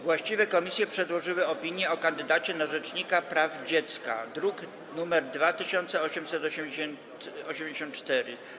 Właściwe komisje przedłożyły opinię o kandydacie na rzecznika praw dziecka, druk nr 2884.